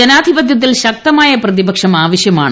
ജനാധിപത്യത്തിൽ ശക്തമായ പ്രതിപക്ഷം ആവശ്യമാണ്